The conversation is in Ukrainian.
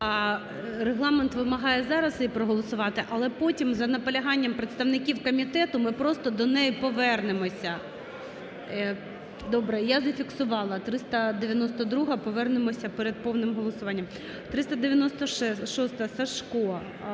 Регламент вимагає зараз її проголосувати, але потім за наполяганням представників комітету ми просто до неї повернемося. Добре! Я зафіксувала, 392-а, повернемося перед повним голосуванням. 396-а, Сажко.